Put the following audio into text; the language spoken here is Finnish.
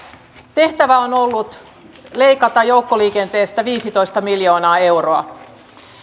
tehtävä on ollut leikata joukkoliikenteestä viisitoista miljoonaa euroa